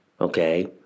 okay